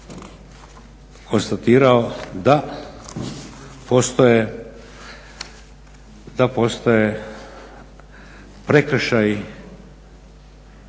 konstatirao da postoje prekršaji